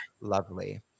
lovely